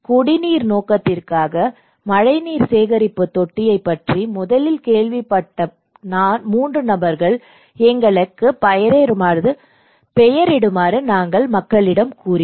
குடிநீர் நோக்கத்திற்காக மழைநீர் சேகரிப்பு தொட்டியைப் பற்றி முதலில் கேள்விப்பட்ட 3 நபர்களை எங்களுக்கு பெயரிடுமாறு நாங்கள் மக்களிடம் கூறினோம்